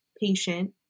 patient